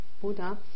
Buddha